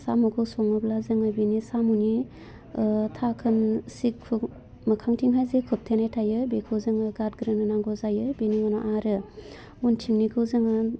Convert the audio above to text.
साम'खौ सङोब्ला जोङो बिनि साम'नि दाखोन मोखांथिंहाय जे खोबथेनाय थायो बेखौ जोङो गारग्रोनो नांगौ जायो बिनि उनाव आरो उनथिंनिखौ जोङो